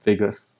vegas